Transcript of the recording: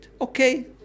okay